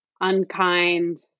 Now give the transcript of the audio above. unkind